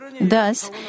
Thus